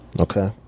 Okay